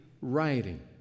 writing